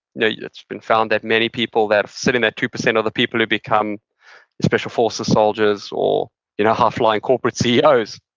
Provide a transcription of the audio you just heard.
you know yeah it's been found that many people that sit in that two percent are the people who become special forces soldiers or high-flying corporate ceos